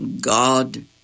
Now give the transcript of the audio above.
God